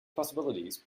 possibilities